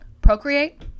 procreate